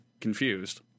confused